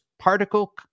particle